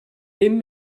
bum